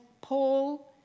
Paul